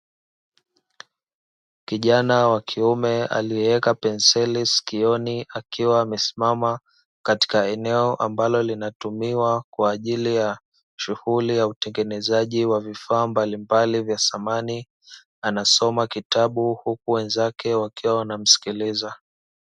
Kijana wakiume aliyeweka penseli sikioni akiwa amesimama katika eneo ambalo linalotumiwa kwa ajili ya shughuli ya utengenezaji wa vifaa mbalimbali vya samani, anasoma kitabu huku wenzake wakiwa wanamsikiliza.